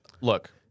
look